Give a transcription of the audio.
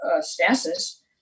stasis